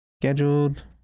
Scheduled